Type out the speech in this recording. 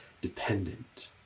dependent